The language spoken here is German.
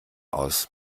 aus